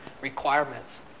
requirements